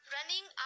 Running